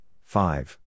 five